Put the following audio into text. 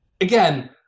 again